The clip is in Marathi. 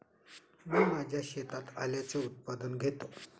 मी माझ्या शेतात आल्याचे उत्पादन घेतो